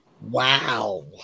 Wow